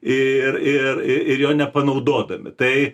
ir ir ir jo nepanaudodami tai